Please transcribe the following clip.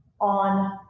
on